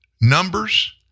numbers